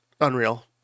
unreal